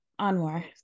Anwar